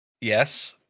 Yes